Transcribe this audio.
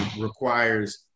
requires